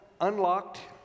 unlocked